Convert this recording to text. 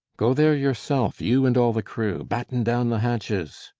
go there yourself, you and all the crew. batten down the hatches.